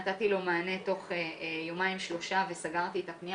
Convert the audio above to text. נתתי לו מענה תוך יומיים-שלושה וסגרתי את הפנייה